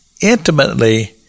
intimately